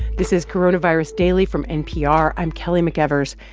this is coronavirus daily from npr. i'm kelly mcevers.